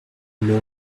know